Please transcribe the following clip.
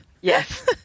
Yes